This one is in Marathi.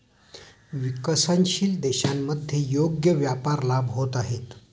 विकसनशील देशांमध्ये योग्य व्यापार लाभ होत आहेत